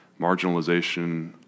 marginalization